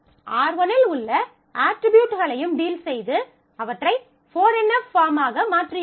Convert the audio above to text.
R1 இல் உள்ள அட்ரிபியூட்களையும் டீல் செய்து அவற்றை 4NF பாஃர்மாக மாற்றியுள்ளோம்